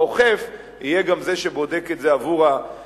האוכף יהיה גם זה שבודק את זה עבור הנאכף.